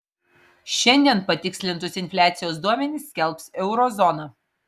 šiandien patikslintus infliacijos duomenis skelbs euro zona